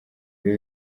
ibi